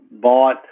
bought